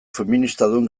feministadun